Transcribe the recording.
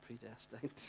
predestined